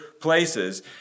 places